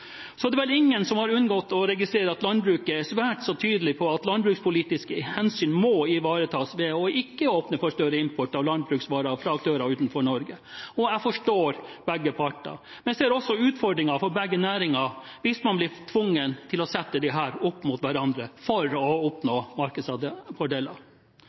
Så er det vel ingen som har unngått å registrere at landbruket er svært så tydelig på at landbrukspolitiske hensyn må ivaretas ved ikke å åpne for større import av landbruksvarer fra aktører utenfor Norge. Jeg forstår begge parter, men jeg ser også utfordringer for begge næringer hvis man blir tvunget til å sette disse opp mot hverandre for å